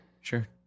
Sure